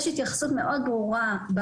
אפשר לבקש התייחסות של העירייה.